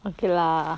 okay lah